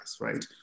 right